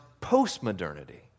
post-modernity